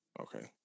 Okay